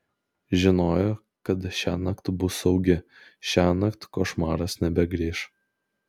žinojo kad šiąnakt bus saugi šiąnakt košmaras nebegrįš